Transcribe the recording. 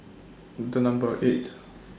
Number eight